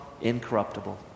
incorruptible